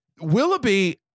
Willoughby